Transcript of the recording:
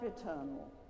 eternal